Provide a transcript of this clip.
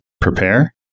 Prepare